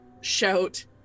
shout